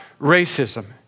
racism